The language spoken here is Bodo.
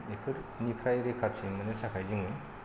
बेफोरनिफ्राय रैखाथि मोननो थाखाय जोङो